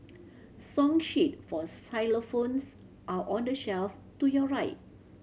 song sheet for xylophones are on the shelf to your right